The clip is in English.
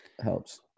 helps